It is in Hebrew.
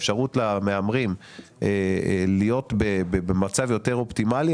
האפשרות למהמרים להיות במצב יותר אופטימלי,